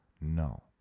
No